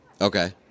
Okay